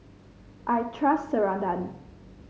I trust Ceradan